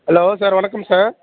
hello sir வணக்கம் sir